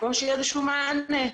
במקום שיהיה איזשהו מענה,